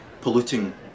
polluting